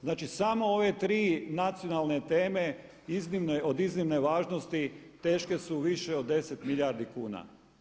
Znači samo ove tri nacionalne teme od iznimne važnosti teške su više od 10 milijardi kuna.